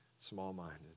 small-minded